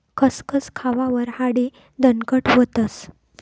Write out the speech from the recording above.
खसखस खावावर हाडे दणकट व्हतस